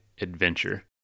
adventure